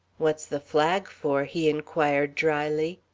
what's the flag for? he inquired dryly.